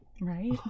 Right